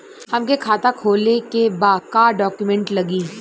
हमके खाता खोले के बा का डॉक्यूमेंट लगी?